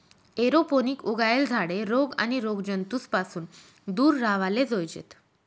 aeroponic उगायेल झाडे रोग आणि रोगजंतूस पासून दूर राव्हाले जोयजेत